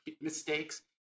mistakes